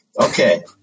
okay